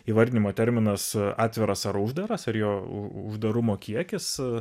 įvardinimo terminas atviras ar uždaras ar jo uždarumo kiekis